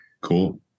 Cool